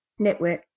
Nitwit